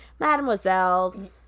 Mademoiselle